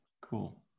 Cool